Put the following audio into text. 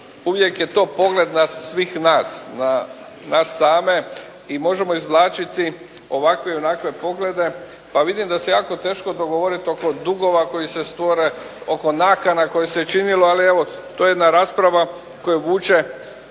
uvijek je to pogled svih nas, nas same i možemo izvlačiti ovakve ili onakve poglede, pa vidim da se jako teško dogovoriti oko dugova koji se stvore oko nakana kojih se činilo. Ali evo, to je jedna rasprava koja vuče